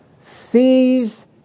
sees